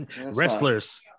Wrestlers